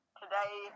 today